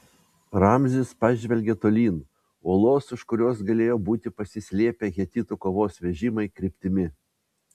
ramzis pažvelgė tolyn uolos už kurios galėjo būti pasislėpę hetitų kovos vežimai kryptimi